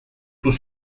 tout